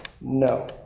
No